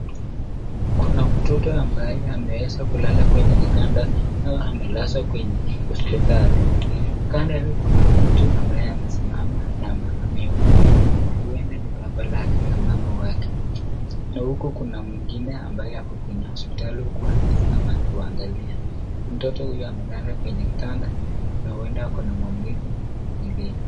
Kuna mtoto ambaye ameweza kulala kwenye kitanda au amelazwa kwenye hosipitali. Kando yake kuna mtu ambaye amesimama na amevaa miwani. Pia huenda ni baba wake na mama wake. Huku kuna mwingine ambaye ako kwenye hosipitali huku amesimama akiwangalia. Mtoto huyo amelala kwenye kitanda na huenda ako na maumivu mwilini.